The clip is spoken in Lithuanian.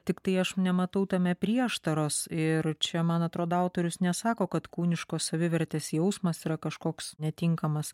tiktai aš nematau tame prieštaros ir čia man atrodo autorius nesako kad kūniškos savivertės jausmas yra kažkoks netinkamas